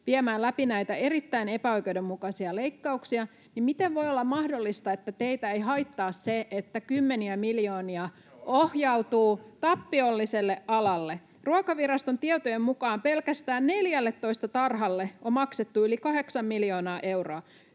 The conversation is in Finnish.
viemään läpi näitä erittäin epäoikeudenmukaisia leikkauksia, niin miten voi olla mahdollista, että teitä ei haittaa se, että kymmeniä miljoonia [Mikko Savola: Se on oikeusturvakysymys!] ohjautuu tappiolliselle alalle? Ruokaviraston tietojen mukaan pelkästään 14 tarhalle on maksettu yli kahdeksan miljoonaa euroa.